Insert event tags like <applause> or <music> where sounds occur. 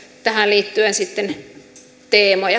tähän liittyen teemoja <unintelligible>